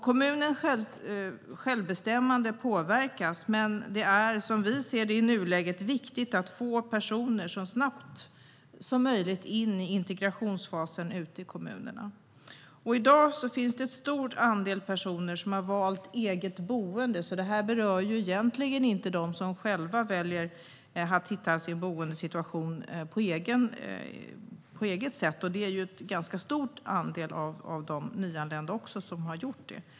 Kommunens självbestämmande påverkas, men det är, som vi ser det, i nuläget viktigt att så snabbt som möjligt få personer in i integrationsfasen ute i kommunerna. I dag finns en stor andel personer som valt eget boende, så förslaget berör egentligen inte dem som väljer att på eget sätt ordna sin boendesituation. En ganska stor andel av de nyanlända har också gjort det.